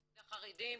--- ולחרדים.